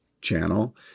channel